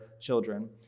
children